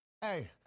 Hey